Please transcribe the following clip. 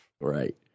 Right